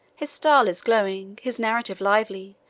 his style is glowing, his narrative lively,